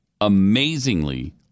amazingly